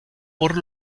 por